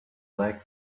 leg